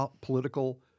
political